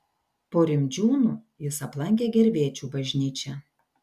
po rimdžiūnų jis aplankė gervėčių bažnyčią